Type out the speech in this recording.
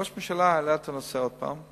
ראש הממשלה העלה את הנושא הזה שוב.